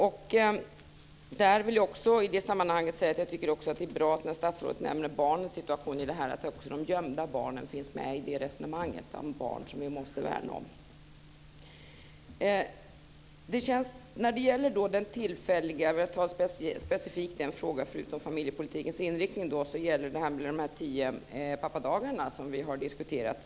Jag vill också säga att jag tycker att det är bra, när statsrådet nämner barnens situation, att även de gömda barnen finns med i resonemanget om barn som vi måste värna om. Jag ska ta upp specifikt en fråga, förutom familjepolitikens inriktning. Det gäller de tio pappadagarna som vi har diskuterat.